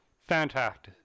fantastic